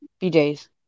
BJ's